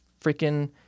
freaking